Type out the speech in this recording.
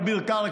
אביר קארה,